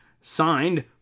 Signed